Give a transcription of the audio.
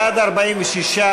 בעד, 46,